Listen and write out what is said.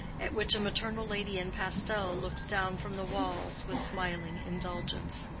at which a maternal lady in pastel looked down from the walls with smiling indulgence.